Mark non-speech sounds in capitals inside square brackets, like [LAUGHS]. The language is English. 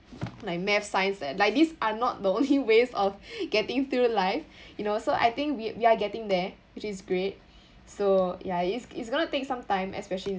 like math science an~ like these are not the only [LAUGHS] ways of [BREATH] getting through life you know so I think we we are getting there which is great [BREATH] so ya it's it's going to take some time especially in